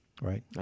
Right